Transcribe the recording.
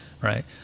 right